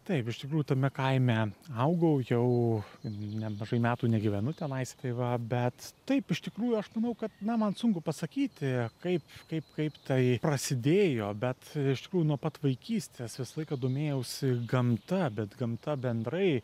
taip iš tikrųjų tame kaime augau jau nemažai metų negyvenu tenais tai va bet taip iš tikrųjų aš manau kad na man sunku pasakyti kaip kaip kaip tai prasidėjo bet iš tikrųjų nuo pat vaikystės visą laiką domėjausi gamta bet gamta bendrai